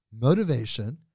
motivation